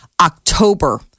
October